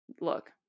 look